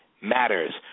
matters